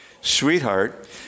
Sweetheart